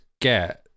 get